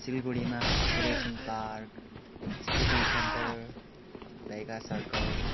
सिलगडीमा Suryasen park city centre भेगा circle